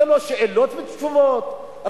ללא שאלות ותשובות,